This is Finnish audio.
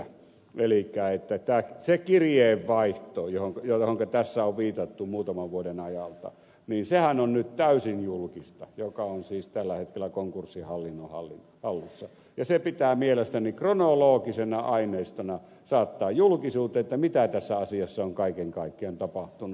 elikkä muutaman vuoden ajalta se kirjeenvaihto johonka tässä on viitattu sehän on nyt täysin julkista ja on siis tällä hetkellä konkurssihallinnon hallussa ja se pitää mielestäni kronologisena aineistona saattaa julkisuuteen mitä tässä asiassa on kaiken kaikkiaan tapahtunut